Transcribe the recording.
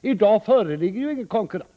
I dag föreligger ju ingen konkurrens.